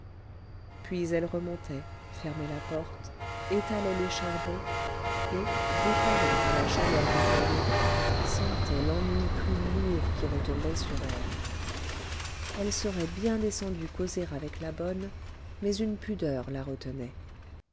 puis elle remontait fermait la porte étalait les charbons et défaillant à la chaleur du foyer sentait l'ennui plus lourd qui retombait sur elle elle serait bien descendue causer avec la bonne mais une pudeur la retenait